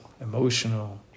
Emotional